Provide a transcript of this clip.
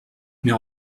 mais